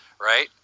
right